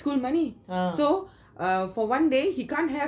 school money so uh for one day he can't have